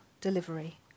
delivery